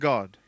God